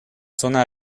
zona